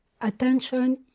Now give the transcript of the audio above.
attention